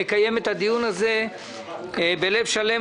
ראו זה פלא,